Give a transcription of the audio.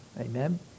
Amen